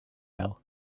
help